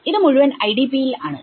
ഇത് മുഴുവൻ IDP ൽ ആണ്